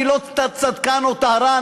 אני לא צדקן או טהרן,